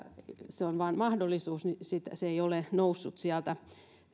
se on vain mahdollisuus joten se ei ole noussut sieltä